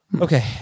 Okay